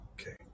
Okay